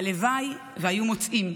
הלוואי שהיו מוצאים.